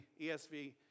ESV